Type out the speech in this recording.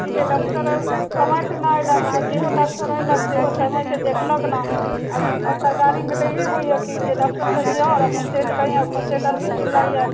कि जे डॉक्टर हइ ओ समय से नहि अयलक आ जेहो डॉक्टर ऐलक सेहो समय से देखलक नहि आ सरकारीमे तऽ इहे होइया कि जे डॉक्टर कहि आओर आओर परसेन्ट कहि आओर परसेन्ट अलगे चिल्लाइए